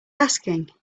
asking